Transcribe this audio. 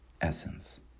essence